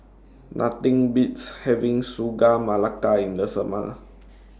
Nothing Beats having Sagu Melaka in The Summer